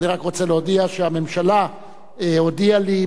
אני רק רוצה להודיע שהממשלה הודיעה לי,